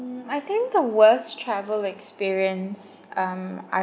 um I think the worst travel experience um I've